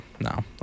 no